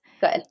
Good